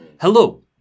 hello